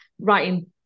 writing